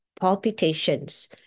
palpitations